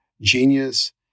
genius